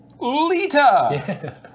Lita